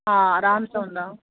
हा आराम सां हूंदा